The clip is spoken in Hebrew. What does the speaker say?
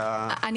להבין.